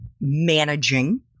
managing